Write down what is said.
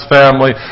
family